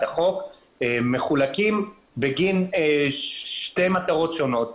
החוק המדוברת מחולק בגין שתי מטרות שונות.